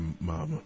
mama